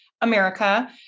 America